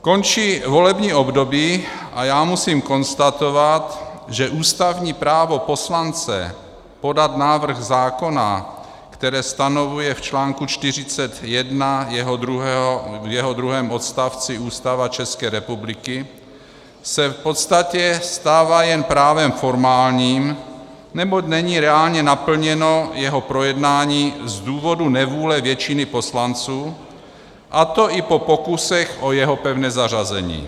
Končí volební období a já musím konstatovat, že ústavní právo poslance podat návrh zákona, které stanovuje v článku 41 v jeho druhém odstavci Ústava České republiky, se v podstatě stává jen právem formálním, neboť není reálně naplněno jeho projednání z důvodu nevůle většiny poslanců, a to i po pokusech o jeho pevné zařazení.